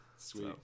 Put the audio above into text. Sweet